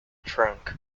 trunk